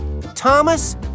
Thomas